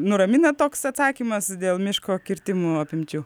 nuramina toks atsakymas dėl miško kirtimų apimčių